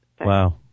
Wow